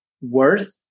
worth